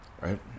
right